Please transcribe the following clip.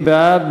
מי בעד?